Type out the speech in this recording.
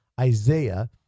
Isaiah